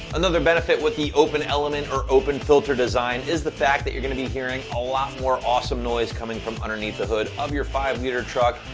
another benefit with the open element or open filter design is the fact that you're gonna be hearing a lot more awesome noise coming from underneath the hood of your five liter truck.